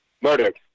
murdered